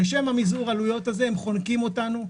בשם מזעור העלויות הזה הם חונקים אותנו,